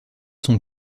sont